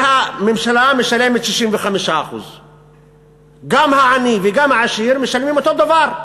והממשלה משלמת 65%. גם העני וגם העשיר משלמים אותו דבר.